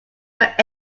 but